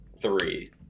three